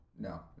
no